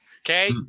Okay